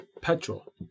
petrol